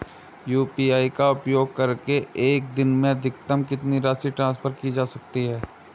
UPI का उपयोग करके एक दिन में अधिकतम कितनी राशि ट्रांसफर की जा सकती है?